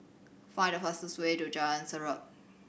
find the fastest way to Jalan Sendudok